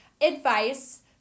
advice